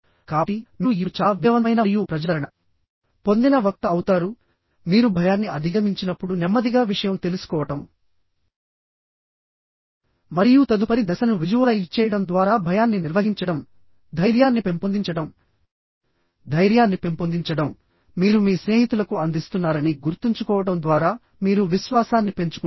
కాబట్టి మీరు ఇప్పుడు చాలా విజయవంతమైన మరియు ప్రజాదరణ పొందిన వక్త అవుతారుమీరు భయాన్ని అధిగమించినప్పుడు నెమ్మదిగా విషయం తెలుసుకోవడం మరియు తదుపరి దశను విజువలైజ్ చేయడం ద్వారా భయాన్ని నిర్వహించడం ధైర్యాన్ని పెంపొందించడంధైర్యాన్ని పెంపొందించడం మీరు మీ స్నేహితులకు అందిస్తున్నారని గుర్తుంచుకోవడం ద్వారా మీరు విశ్వాసాన్ని పెంచుకుంటారు